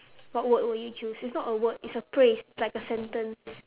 what word would you choose it's not a word it's a phrase it's like a sentence